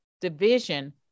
division